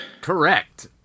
Correct